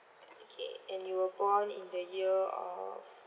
okay and you were born in the year of